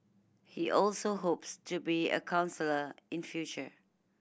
he also hopes to be a counsellor in future